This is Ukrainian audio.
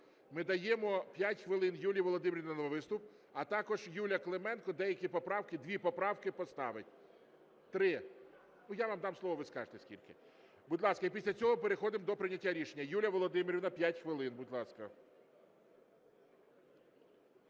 Ми даємо 5 хвилин Юлії Володимирівні на виступ. А також Юля Клименко деякі поправки, дві поправки поставить. Три. Ну, я вам дам слово, ви скажете, скільки. Будь ласка. І після цього переходимо до прийняття рішення. Юлія Володимирівна, 5 хвилин. Будь ласка.